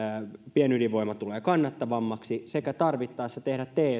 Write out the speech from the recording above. pienydinvoima tulee kannattavammaksi sekä tarvittaessa tehdä